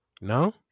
No